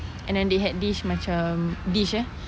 and then they had dish macam dish eh